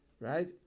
right